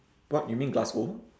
what you mean glasgow